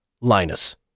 Linus